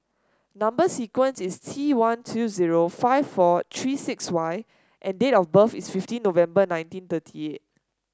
number sequence is T one two zero five four three six Y and date of birth is fifteen November nineteen thirty eight